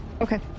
Okay